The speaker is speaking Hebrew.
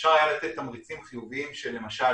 אפשר לתת תמריצים חיוביים, למשל